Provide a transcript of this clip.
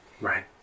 Right